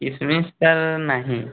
କିସମିସ୍ ଟା ନାହିଁ